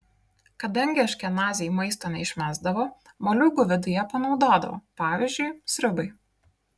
kadangi aškenaziai maisto neišmesdavo moliūgų vidų jie panaudodavo pavyzdžiui sriubai